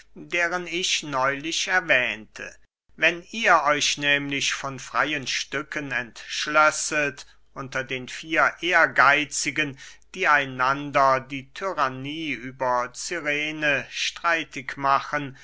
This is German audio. deren ich neulich erwähnte wenn ihr euch nehmlich von freyen stücken entschlösset unter den vier ehrgeitzigen die einander die tyrannie über cyrene streitig machen